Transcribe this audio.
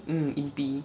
mm impi